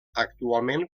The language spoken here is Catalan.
actualment